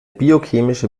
biochemische